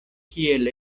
kiel